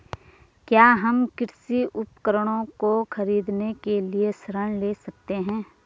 क्या हम कृषि उपकरणों को खरीदने के लिए ऋण ले सकते हैं?